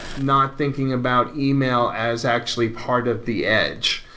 not thinking about email as actually part of the edge.